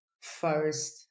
first